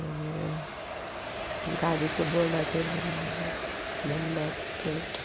मागीर गाडीचे बोर्डाचेर बीन नंबर प्लेट